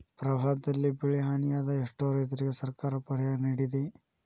ಪ್ರವಾಹದಲ್ಲಿ ಬೆಳೆಹಾನಿಯಾದ ಎಷ್ಟೋ ರೈತರಿಗೆ ಸರ್ಕಾರ ಪರಿಹಾರ ನಿಡಿದೆ